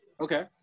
Okay